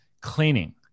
cleaning